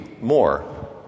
more